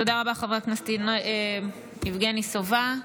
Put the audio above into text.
תודה רבה, חבר הכנסת יבגני סובה.